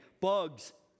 bugs